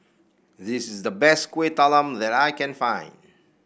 this is the best Kueh Talam that I can find